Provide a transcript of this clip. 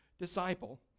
disciple